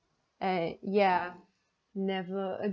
eh ya never